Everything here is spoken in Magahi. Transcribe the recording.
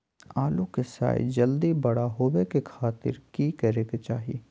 आलू के साइज जल्दी बड़ा होबे के खातिर की करे के चाही?